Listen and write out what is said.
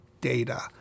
data